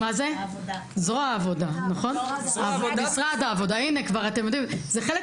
עד